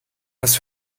das